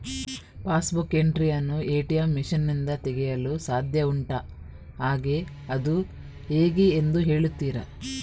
Pass book entry ಯನ್ನು ATM machine ನಿಂದ ತೆಗೆಯಲು ಸಾಧ್ಯ ಉಂಟಾ ಹಾಗೆ ಅದು ಹೇಗೆ ಎಂದು ಹೇಳುತ್ತೀರಾ?